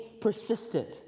Persistent